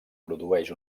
produeix